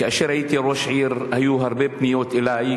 כאשר הייתי ראש עיר היו הרבה פניות אלי,